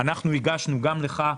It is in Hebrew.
הגשנו גם לך,